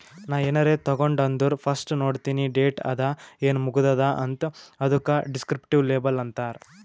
ನಾ ಏನಾರೇ ತಗೊಂಡ್ ಅಂದುರ್ ಫಸ್ಟ್ ನೋಡ್ತೀನಿ ಡೇಟ್ ಅದ ಏನ್ ಮುಗದೂದ ಅಂತ್, ಅದುಕ ದಿಸ್ಕ್ರಿಪ್ಟಿವ್ ಲೇಬಲ್ ಅಂತಾರ್